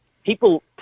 People